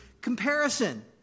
comparison